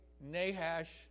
Nahash